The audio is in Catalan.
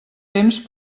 temps